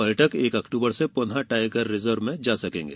पर्यटक एक अक्टूबर से पुनः टाईगर रिजर्व में जा सकेंगे